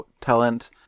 talent